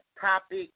topic